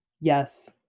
yes